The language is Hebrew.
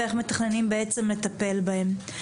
ואיך מתכננים בעצם לטפל בהם.